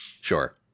Sure